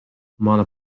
mana